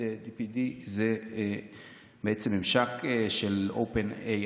ChatGPT זה ממשק של OpenAI.